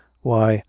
why,